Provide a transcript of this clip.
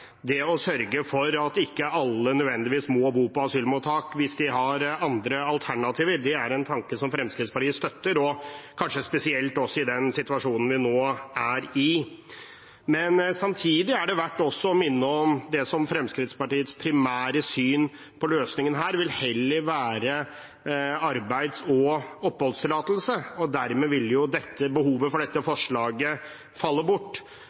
Det å sørge for at ikke alle nødvendigvis må bo på asylmottak hvis de har andre alternativer, er en tanke Fremskrittspartiet støtter, kanskje spesielt i den situasjonen vi er i nå. Samtidig er det verdt å minne om at Fremskrittspartiets primære syn på løsningen heller vil være arbeids og oppholdstillatelse, og dermed ville behovet for dette forslaget falle bort.